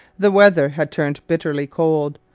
the weather had turned bitterly cold.